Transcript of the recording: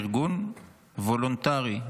ארגון וולונטרי.